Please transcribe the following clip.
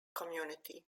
community